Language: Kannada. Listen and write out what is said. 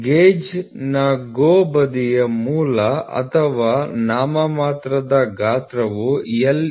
ಗೇಜ್ನ GO ಬದಿಯ ಮೂಲ ಅಥವಾ ನಾಮಮಾತ್ರದ ಗಾತ್ರವು L